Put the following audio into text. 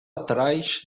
atrás